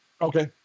Okay